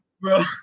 bro